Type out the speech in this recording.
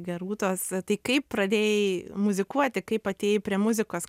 gerūtos tai kaip pradėjai muzikuoti kaip atėjai prie muzikos